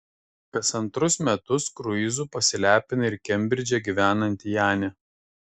kas antrus metus kruizu pasilepina ir kembridže gyvenanti janė